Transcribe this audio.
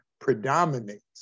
predominates